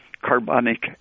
Carbonic